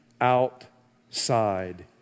outside